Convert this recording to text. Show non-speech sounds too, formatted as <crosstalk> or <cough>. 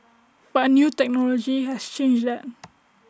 but new technology has changed that <noise>